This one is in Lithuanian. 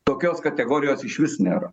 tokios kategorijos išvis nėra